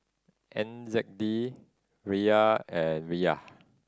N Z D Riyal and Riyal